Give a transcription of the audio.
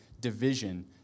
division